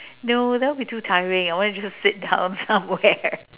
no that would be too tiring I want to just sit down somewhere